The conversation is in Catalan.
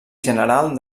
general